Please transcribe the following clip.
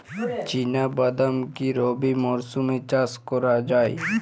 চিনা বাদাম কি রবি মরশুমে চাষ করা যায়?